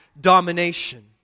domination